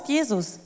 Jesus